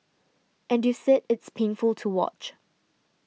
and you said it's painful to watch